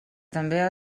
també